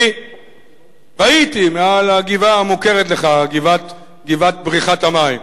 אני הייתי מעל הגבעה המוכרת לך, גבעת בריכת המים.